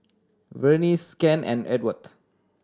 Vernice Kent and Ewart